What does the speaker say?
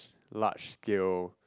large scale